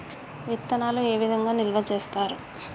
విత్తనాలు ఏ విధంగా నిల్వ చేస్తారు?